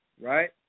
right